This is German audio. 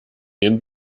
den